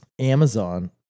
Amazon